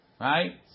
right